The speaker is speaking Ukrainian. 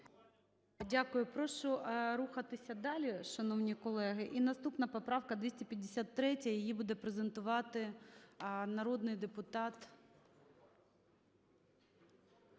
Дякую. Прошу рухатися далі, шановні колеги. І наступна поправка 253, її буде презентувати народний депутатШверк.